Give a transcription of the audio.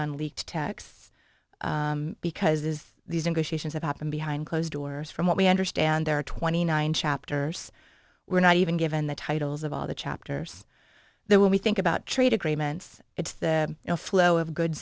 on leaked texts because as these negotiations have happened behind closed doors from what we understand there are twenty nine chapters we're not even given the titles of all the chapters there when we think about trade agreements it's the flow of goods